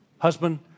Husband